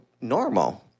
normal